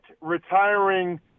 retiring